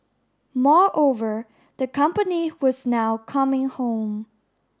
moreover the company was now coming home